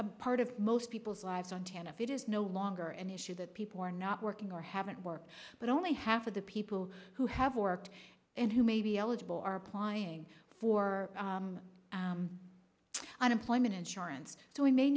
a part of most people's lives on hand if it is no longer an issue that people are not working or haven't worked but only half of the people who have worked and who may be eligible are applying for unemployment insurance so we may